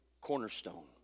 cornerstone